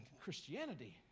Christianity